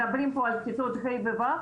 מדברים פה על כיתות ה' ו-ו'